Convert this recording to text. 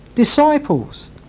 disciples